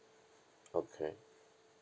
okay